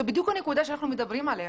זאת בדיוק הנקודה שאנחנו מדברים עליה.